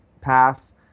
pass